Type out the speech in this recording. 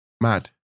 Mad